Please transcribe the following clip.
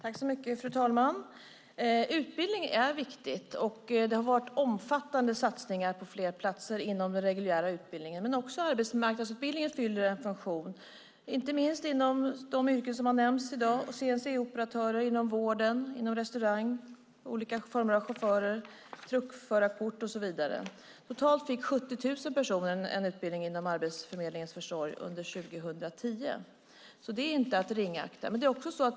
Fru talman! Utbildning är viktigt. Det har varit omfattande satsningar på fler platser inom den reguljära utbildningen. Arbetsmarknadsutbildningen fyller också en funktion, inte minst inom de yrken som har nämnts i dag som CNC-operatörer, chaufförer och truckförare samt yrken inom vård och restaurang. Totalt fick 70 000 personer utbildning genom Arbetsförmedlingens försorg under 2010. Det är inte att förakta.